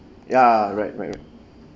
ya right right right